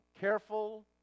careful